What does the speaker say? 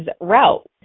route